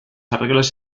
arreglos